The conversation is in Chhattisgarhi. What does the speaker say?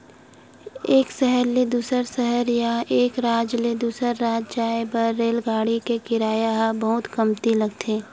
एक सहर ले दूसर सहर या एक राज ले दूसर राज जाए बर रेलगाड़ी के किराया ह बहुते कमती लगथे